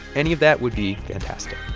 any of that would be fantastic.